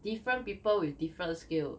different people with different skill